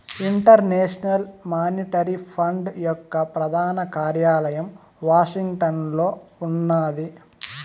international Monetary Fund యొక్క ప్రధాన కార్యాలయం వాషింగ్టన్లో ఉన్నాది